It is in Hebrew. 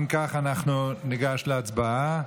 אם כך, ניגש להצבעה.